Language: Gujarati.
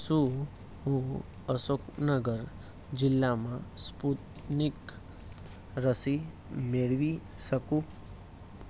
શું હું અશોકનગર જિલ્લામાં સ્પુતનિક રસી મેળવી શકું